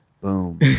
boom